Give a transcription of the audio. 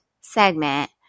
segment